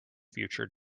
future